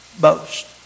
boast